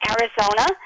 Arizona